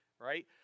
right